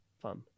fun